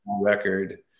record